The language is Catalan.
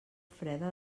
freda